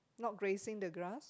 not grazing the grass